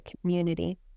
community